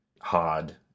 hard